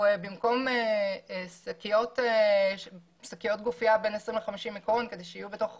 במקום שקיות גופיה בין 50-20 מיקרון כדי שיהיו בתוך החוק,